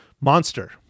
monster